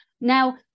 Now